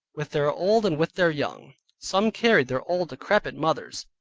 with their old and with their young some carried their old decrepit mothers,